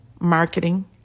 marketing